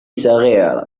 صغير